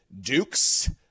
Dukes